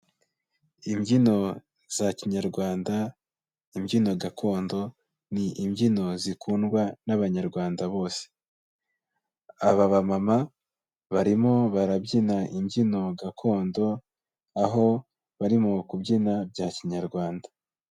Imbyino za kinyarwanda, imbyino gakondo, ni imbyino zikundwa n'abanyarwanda bose. Aba bamama barimo barabyina imbyino gakondo, aho barimo kubyina bya kinyarwanda.